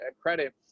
credit